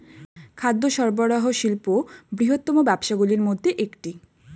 খাদ্য সরবরাহ শিল্প বৃহত্তম ব্যবসাগুলির মধ্যে একটি